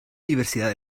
diversidad